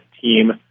team